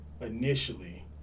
Initially